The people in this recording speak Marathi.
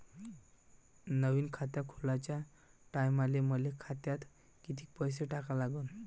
नवीन खात खोलाच्या टायमाले मले खात्यात कितीक पैसे टाका लागन?